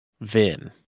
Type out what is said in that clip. Vin